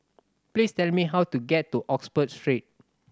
please tell me how to get to Oxford Street